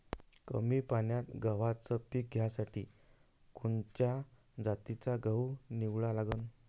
कमी पान्यात गव्हाचं पीक घ्यासाठी कोनच्या जातीचा गहू निवडा लागन?